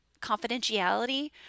confidentiality